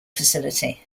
facility